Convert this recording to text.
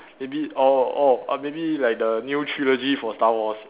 maybe all all maybe like the new trilogy for star wars